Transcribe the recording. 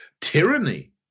tyranny